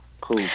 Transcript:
Cool